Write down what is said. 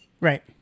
Right